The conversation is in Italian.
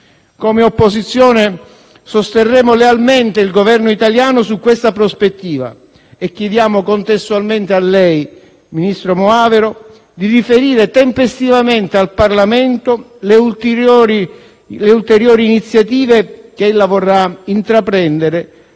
Come opposizione, sosterremo lealmente il Governo italiano in questa prospettiva e contestualmente chiediamo a lei, ministro Moavero Milanesi, di riferire tempestivamente al Parlamento le ulteriori iniziative che ella vorrà intraprendere